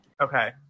okay